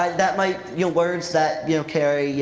um that might, you know, words that, you know, carry, you